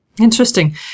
Interesting